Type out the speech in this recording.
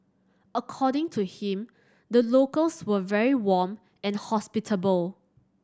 according to him the locals were very warm and hospitable